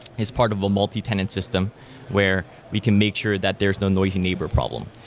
is part of a multi-tenant system where we can make sure that there's no noisy neighbor problem.